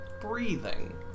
breathing